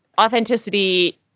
authenticity